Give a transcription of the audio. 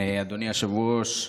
אדוני היושב-ראש,